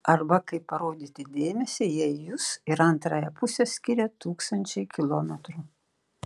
arba kaip parodyti dėmesį jei jus ir antrąją pusę skiria tūkstančiai kilometrų